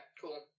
cool